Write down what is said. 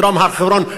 בדרום הר-חברון,